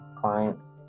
clients